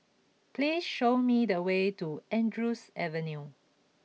please show me the way to Andrews Avenue